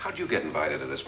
how do you get invited to this